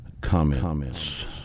Comments